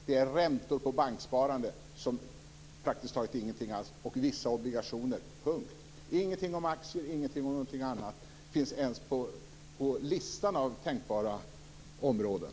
Det är räntor på banksparande, som är praktiskt taget ingenting alls, och vissa obligationer, punkt. Ingenting om aktier och ingenting om något annat finns ens på listan över tänkbara områden.